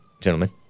gentlemen